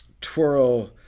Twirl